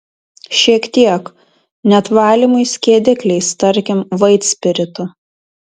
šiek tiek net valymui skiedikliais tarkim vaitspiritu